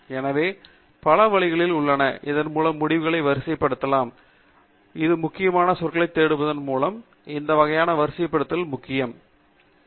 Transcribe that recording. எனவே பல வழிகள் உள்ளன இதன்மூலம் முடிவுகளை வரிசைப்படுத்தலாம் இது ஒரு முக்கிய சொற்களுக்கு தேடுவதன் மூலம் மற்றும் இந்த வகைகளை வரிசைப்படுத்துவதன் முக்கியம் இதனால் நாம் இந்த வகையான ஒவ்வொரு வகையிலும் சிலவற்றை தேர்வு செய்யலாம்